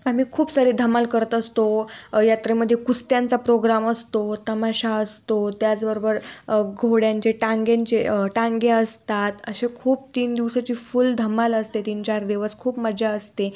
आम्ही खूप सारी धमाल करत असतो यात्रेमध्ये कुस्त्यांचा प्रोग्राम असतो तमाशा असतो त्याचबरोबर घोड्यांचे टांग्यांचे टांगे असतात असे खूप तीन दिवसाची फुल धमाल असते तीन चार दिवस खूप मज्जा असते